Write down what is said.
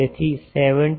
તેથી 78